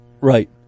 Right